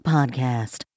Podcast